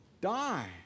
die